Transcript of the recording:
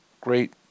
Great